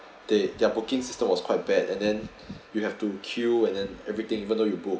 they they are booking system was quite bad and then you have to queue and then everything even though you book